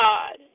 God